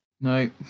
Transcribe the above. no